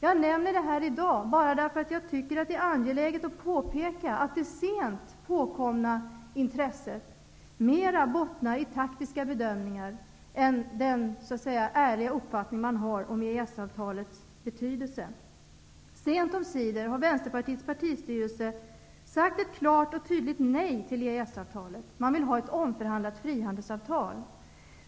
Jag nämner det här i dag bara därför att jag tycker att det är angeläget att påpeka att det sent uppkomna intresset mera bottnar i taktiska bedömningar än i den ''ärliga'' uppfattning man har om EES-avtalets betydelse. Sent omsider har Vänsterpartiets partistyrelse uttalat ett klart och tydligt nej till EES-avtalet. Man vill ha ett omförhandlat frihandelsavtal.